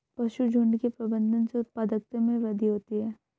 पशुझुण्ड के प्रबंधन से उत्पादकता में वृद्धि होती है